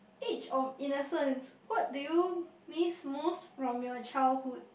age of innocence what do you miss most from your childhood